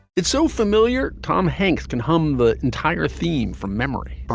it's so familiar. tom hanks can hum the entire theme from memory